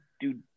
dude